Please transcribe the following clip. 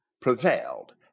prevailed